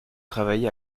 travaillez